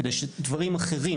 כדי שדברים אחרים,